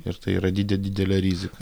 ir tai yra dide didelė rizika